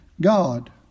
God